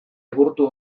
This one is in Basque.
egurtu